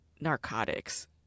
narcotics